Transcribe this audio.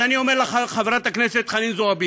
אז אני אומר לך, חברת הכנסת חנין זועבי: